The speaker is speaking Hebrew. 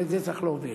ואת זה צריך להוביל.